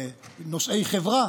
בנושאי חברה.